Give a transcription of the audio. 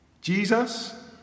Jesus